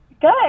Good